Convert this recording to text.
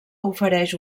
ofereix